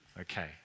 Okay